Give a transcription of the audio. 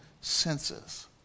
senses